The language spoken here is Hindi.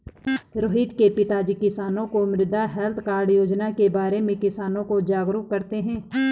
रोहित के पिताजी किसानों को मृदा हैल्थ कार्ड योजना के बारे में किसानों को जागरूक करते हैं